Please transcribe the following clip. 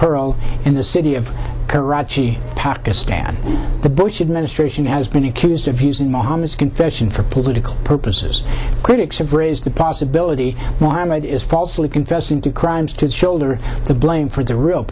pearl in the city of karachi pakistan the bush administration has been accused of using mommas confession for political purposes critics have raised the possibility mohammed is falsely confessing to crimes to shoulder the blame for the real